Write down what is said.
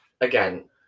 again